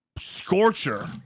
scorcher